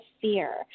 fear